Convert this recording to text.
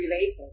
related